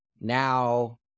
now